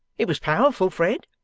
it was powerful, fred.